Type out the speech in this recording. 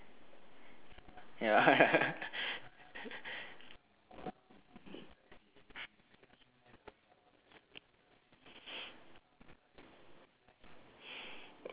ya